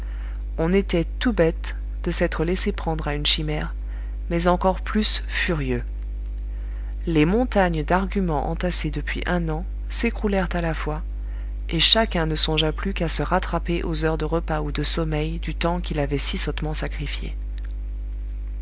on était tout bête de s'être laissé prendre à une chimère mais encore plus furieux les montagnes d'arguments entassés depuis un an s'écroulèrent à la fois et chacun ne songea plus qu'à se rattraper aux heures de repas ou de sommeil du temps qu'il avait si sottement sacrifié